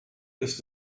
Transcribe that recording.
ist